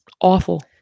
awful